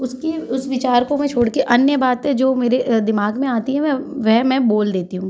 उसकी उस विचार को मैं छोड़ कर अन्य बातें जो मेरे अ दिमाग में आती हैं मैं वह मैं बोल देती हूँ